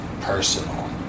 personal